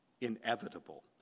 Inevitable